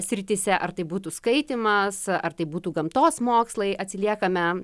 srityse ar tai būtų skaitymas ar tai būtų gamtos mokslai atsiliekame